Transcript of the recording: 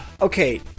Okay